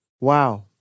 Wow